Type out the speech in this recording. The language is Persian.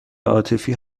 عاطفی